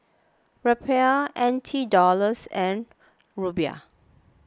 Rupiah N T Dollars and